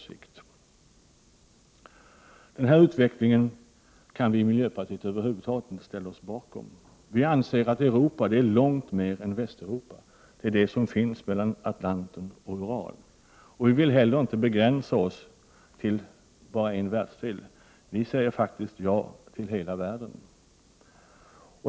Den här utvecklingen kan vi i miljöpartiet över huvud taget inte ställa oss bakom. Vi anser att Europa är långt mer än Västeuropa — det är det som finns mellan Atlanten och Ural. Vi vill heller inte begränsa oss till bara en världsdel. Vi säger faktiskt ja till hela världen!